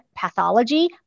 pathology